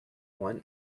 one